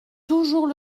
toujours